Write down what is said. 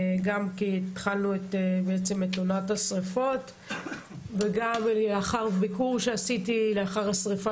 גם כי התחלנו את עונת השריפות וגם כי לאחר ביקור שקיימתי לאחר השריפה